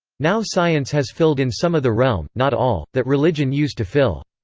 now science has filled in some of the realm not all that religion used to fill.